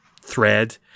thread